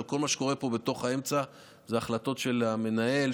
אבל כל מה שקורה בתוך האמצע זה החלטות של המנהל,